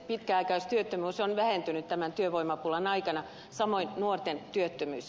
pitkäaikaistyöttömyys on vähentynyt tämän työvoimapulan aikana samoin nuorten työttömyys